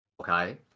okay